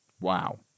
Wow